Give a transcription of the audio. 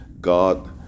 God